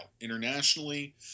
Internationally